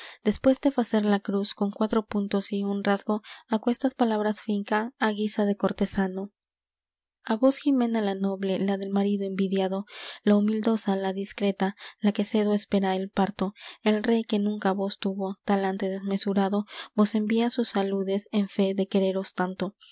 después de facer la cruz con cuatro puntos y un rasgo aquestas palabras finca á guisa de cortesano á vos jimena la noble la del marido envidiado la homildosa la discreta la que cedo espera el parto el rey que nunca vos tuvo talante desmesurado vos envía sus saludes en fe de quereros tanto